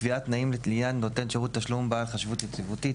קביעת תנאים לעניין נותן שירותי תשלום בעל חשיבות יציבותית